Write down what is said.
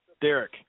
Derek